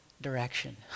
direction